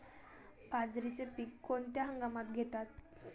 बाजरीचे पीक कोणत्या हंगामात घेतात?